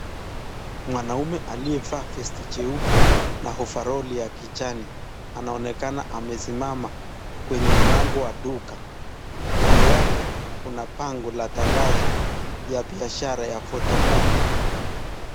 Mwanaume aliyevaa vesti jeupe na ovaroli ya kijani anaonekana amesimama kwenye mlango wa duka. Kando yake kuna bango ya tangazo ya biashara ya photocopy .